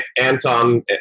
Anton